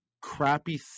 crappy